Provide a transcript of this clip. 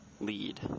lead